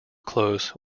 close